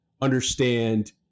understand